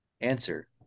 answer